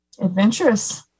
adventurous